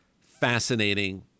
fascinating